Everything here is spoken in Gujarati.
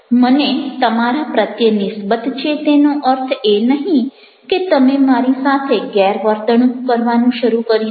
મને તમારા પ્રત્યે નિસ્બત છે તેનો અર્થ એ નહીં કે તમે મારી સાથે ગેરવર્તણૂક કરવાનું શરૂ કરી દો